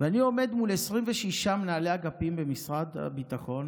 ואני עומד מול 26 מנהלי אגפים במשרד הביטחון,